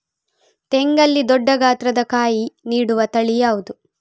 ತೆಂಗಲ್ಲಿ ದೊಡ್ಡ ಗಾತ್ರದ ಕಾಯಿ ನೀಡುವ ತಳಿ ಯಾವುದು?